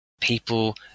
people